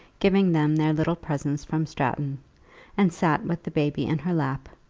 giving them their little presents from stratton and sat with the baby in her lap,